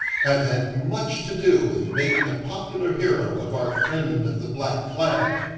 have had much to do in making a popular hero of our friend of the black flag.